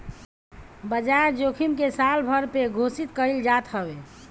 बाजार जोखिम के सालभर पे घोषित कईल जात हवे